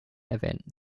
erwähnten